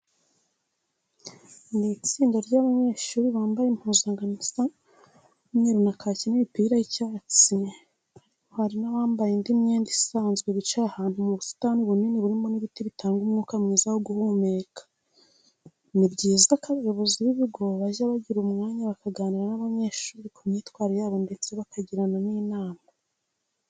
Ni itsinda ry'abanyeshuri bambaye impuzankano isa umweru na kake n'imipira y'icyatsi ariko hari n'abambaye indi myenda isanzwe. Bicaye ahantu mu busitani bunini burimo n'ibiti bitanga umwuka mwiza wo guhumeka. Ni byiza ko abayobozi b'ibigo bajya bagira umwanya bakaganira n'abanyeshuri ku myitwarire yabo ndetse bakabagira n'inama.